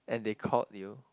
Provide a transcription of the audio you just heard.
and they called you